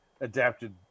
adapted